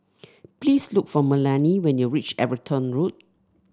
please look for Melany when you reach Everton Road